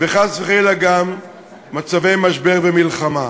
וחס וחלילה גם מצבי משבר ומלחמה.